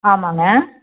ஆமாங்க